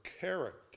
character